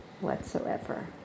whatsoever